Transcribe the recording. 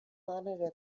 monitor